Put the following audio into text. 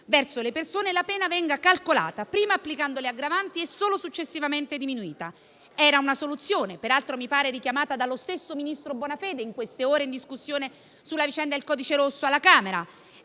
verso le persone, la pena venga calcolata prima applicando le aggravanti e solo successivamente diminuita. Era una soluzione, per altro richiamata dallo stesso ministro Bonafede in queste ore, in occasione della discussione sul cosiddetto codice rosso alla Camera